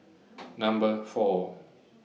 Number four